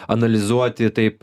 analizuoti taip